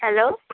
hello